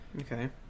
Okay